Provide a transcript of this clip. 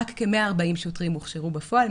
רק כ-140 שוטרים הוכשרו בפועל,